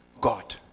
God